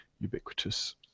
ubiquitous